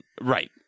right